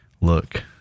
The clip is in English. look